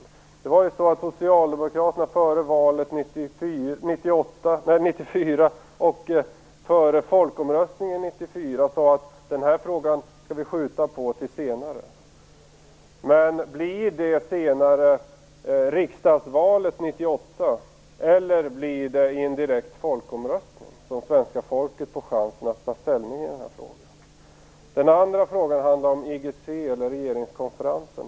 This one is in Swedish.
Före valet 1994 och före folkomröstningen 1994 sade Socialdemokraterna att den här frågan skulle skjutas på till senare. Men blir det i riksdagsvalet 1998 eller blir det i en direkt folkomröstning som svenska folket får chansen att ta ställning i den här frågan? Den andra frågan handlar om IGC eller regeringskonferensen.